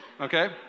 okay